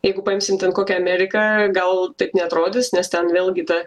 jeigu paimsim ten kokią ameriką gal taip neatrodys nes ten vėlgi ta